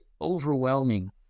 overwhelming